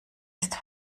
ist